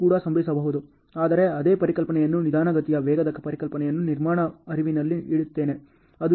ಅದು ಕೂಡ ಸಂಭವಿಸಬಹುದು ಆದರೆ ಅದೇ ಪರಿಕಲ್ಪನೆಯನ್ನು ನಿಧಾನಗತಿಯ ವೇಗದ ಪರಿಕಲ್ಪನೆಯನ್ನು ನಿರ್ಮಾಣ ಹರಿವಿನಲ್ಲಿ ಇಡುತ್ತೇನೆ